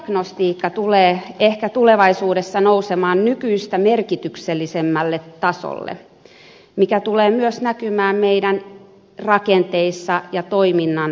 diagnostiikka tulee ehkä tulevaisuudessa nousemaan nykyistä merkityksellisemmälle tasolle mikä tulee myös näkymään meidän rakenteissamme ja toiminnan organisoinneissa